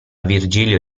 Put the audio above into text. virgilio